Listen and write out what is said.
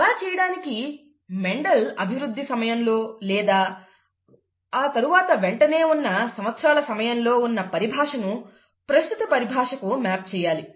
అలా చేయడానికి మెండెల్ అభివృద్ధి సమయంలోలేదా ఆ తరువాత వెంటనే ఉన్న సంవత్సరాల సమయంలో ఉన్న పరిభాషను ప్రస్తుత పరిభాషకు మ్యాప్ చేయాలి